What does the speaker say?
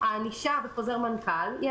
הענישה בחוזר מנכ"ל בהקשר של לבוש היא